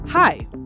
Hi